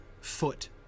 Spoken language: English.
foot